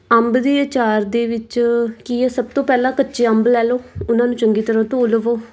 ਅੰਬ ਦੇ ਅਚਾਰ ਦੇ ਵਿੱਚ ਕੀ ਹੈ ਸਭ ਤੋਂ ਪਹਿਲਾਂ ਕੱਚੇ ਅੰਬ ਲੈ ਲਓ ਉਹਨਾਂ ਨੂੰ ਚੰਗੀ ਤਰਾਂ ਧੋ ਲਓ